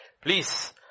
Please